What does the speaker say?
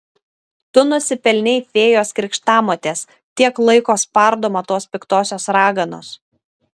tu nusipelnei fėjos krikštamotės tiek laiko spardoma tos piktosios raganos